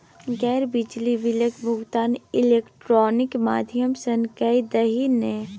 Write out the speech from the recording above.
गै बिजली बिलक भुगतान इलेक्ट्रॉनिक माध्यम सँ कए दही ने